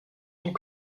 and